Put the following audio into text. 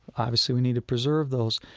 obviously, we need to preserve those.